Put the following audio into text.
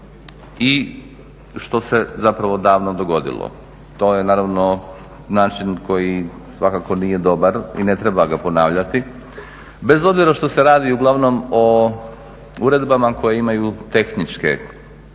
i što se zapravo davno dogodilo. To je naravno način koji svakako nije dobar i ne treba ga ponavljati, bez obzira što se radi uglavnom o uredbama koje imaju tehničke promjene,